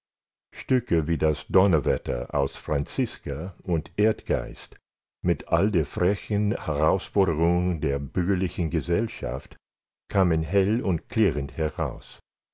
stücke wie das donnerwetter aus franziska und erdgeist mit all der frechen herausforderung der bürgerlichen gesellschaft kamen hell und klirrend heraus